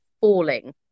falling